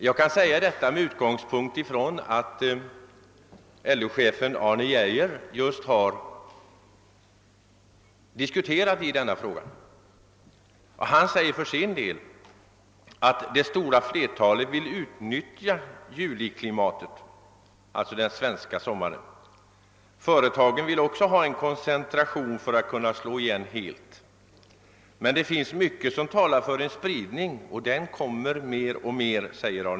Jag kan här åberopa vad LO-chefen Arne Geijer har sagt i denna fråga. Han säger att det stora flertalet anställda vill utnyttja juliklimatet, alltså den svenska sommaren, och att också företagen önskar en koncentration av semestern för att kunna slå igen helt men att det finns mycket som talar för en spridning och att den kommer mer och mer.